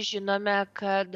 žinome kad